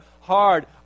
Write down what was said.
hard